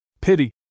Pity